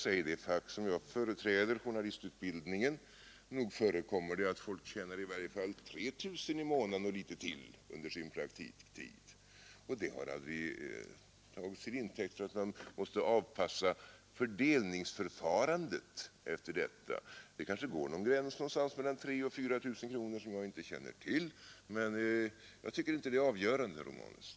I det fa om jag företräder, journalistutbildningen, förekommer det att folk under sin praktiktid tjänar i varje fall 3 000 kronor i månaden och litet till, men det har aldrig tagits till intäkt för att man måste anpassa fördelningsförfarandet efter detta. Det kanske går en gräns någonstans mellan 3 000 och 4 000 kronor — det känner jag inte till — men jag tycker inte att det är avgörande, herr Romanus.